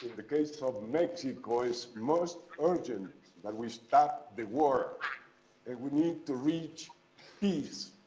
the case of mexico, it's most urgent that we stop the war that we need to reach peace.